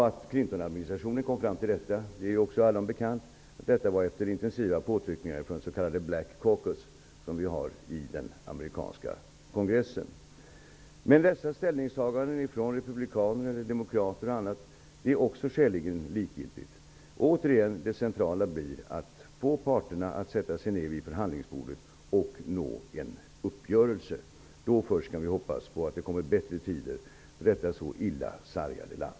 Att Clintonadministrationen kom fram till detta efter intensiva påtryckningar från s.k. black caucus, som finns i den amerikanska kongressen, är också allom bekant. Men dessa ställningstaganden från republikaner eller demokrater är också skäligen likgiltiga. Det centrala blir att få parterna att sätta sig ner vid förhandlingsbordet och nå en uppgörelse. Då först kan vi hoppas på att det kommer bättre tider för detta så illa sargade land.